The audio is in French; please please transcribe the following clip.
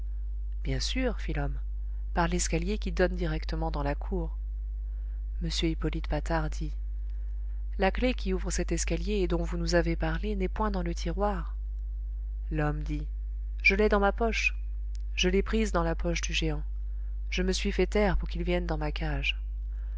bien sûr fit l'homme par l'escalier qui donne directement dans la cour m hippolyte patard dit la clef qui ouvre cet escalier et dont vous nous avez parlé n'est point dans le tiroir l'homme dit je l'ai dans ma poche je l'ai prise dans la poche du géant je me suis fait taire pour qu'il vienne dans ma cage